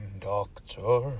Doctor